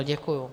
Děkuju.